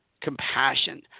compassion